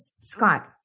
Scott